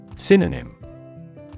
Synonym